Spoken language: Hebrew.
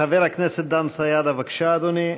חבר הכנסת דן סידה, בבקשה, אדוני.